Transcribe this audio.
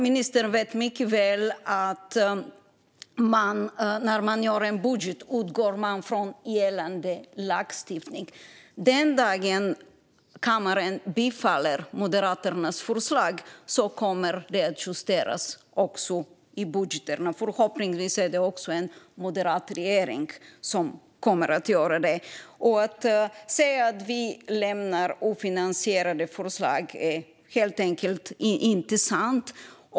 Ministern vet mycket väl att man när man gör en budget utgår från gällande lagstiftning. Den dag kammaren bifaller Moderaternas förslag kommer det att justeras i budgeten. Förhoppningsvis är det en moderat regering som kommer att göra det. Att vi lämnar ofinansierade förslag är helt enkelt inte sant.